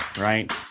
right